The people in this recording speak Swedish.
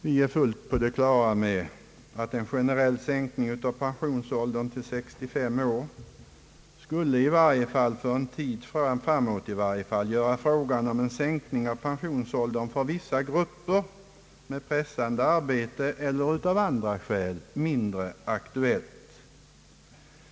Vi är fullt på det klara med att en generell sänkning av pensionsåldern till 65 år i varje fall för en tid framöver skulle göra frågan om en sänkning av pensionsåldern för vissa grupper, som har pressande arbete eller andra ogynnsamma förhållanden, mindre aktuell.